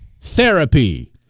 therapy